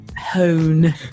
hone